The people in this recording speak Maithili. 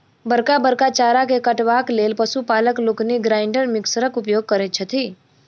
बड़का बड़का चारा के काटबाक लेल पशु पालक लोकनि ग्राइंडर मिक्सरक उपयोग करैत छथि